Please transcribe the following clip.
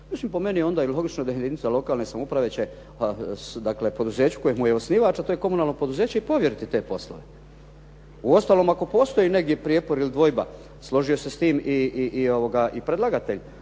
Mislim, po meni je onda i logično da jedinica lokalne samouprave će dakle poduzeću koji mu je osnivač, a to je komunalno poduzeće, i povjeriti te poslove. Uostalom, ako postoji negdje prijepor ili dvojba, složio se s tim i predlagatelj,